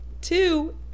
two